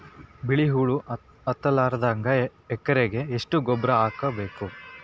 ಬಿಳಿ ಹುಳ ಹತ್ತಲಾರದಂಗ ಎಕರೆಗೆ ಎಷ್ಟು ಗೊಬ್ಬರ ಹಾಕ್ ಬೇಕು?